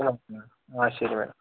ആ ശരി മാം